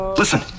Listen